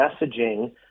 messaging